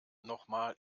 nochmal